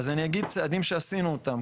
אז אני אגיד צעדים שעשינו אותם.